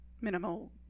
minimal